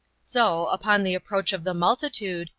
so, upon the approach of the multitude,